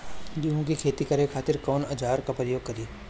गेहूं के खेती करे खातिर कवन औजार के प्रयोग करी?